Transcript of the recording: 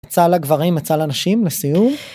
עיצה לגברים, עיצה לנשים, לסיום.